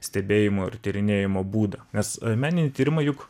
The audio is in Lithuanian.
stebėjimo ir tyrinėjimo būdą nes meninį tyrimą juk